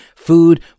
Food